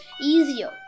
easier